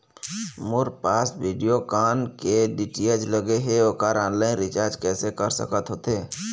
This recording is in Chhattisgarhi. मोर पास वीडियोकॉन के डी.टी.एच लगे हे, ओकर ऑनलाइन रिचार्ज कैसे कर सकत होथे?